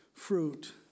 Fruit